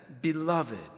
Beloved